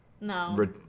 No